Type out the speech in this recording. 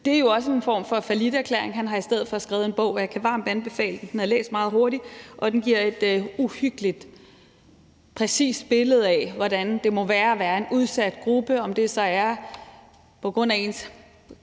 Det er jo også en form for falliterklæring. Han har i stedet for skrevet en bog, og jeg kan varmt anbefale den. Den er læst meget hurtigt, og den giver et uhyggeligt, præcist billede af, hvordan det må være at være en udsat gruppe, om det så er på grund af ens